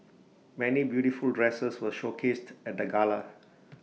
many beautiful dresses were showcased at the gala